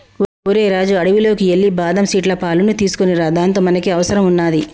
ఓరై రాజు అడవిలోకి ఎల్లి బాదం సీట్ల పాలును తీసుకోనిరా దానితో మనకి అవసరం వున్నాది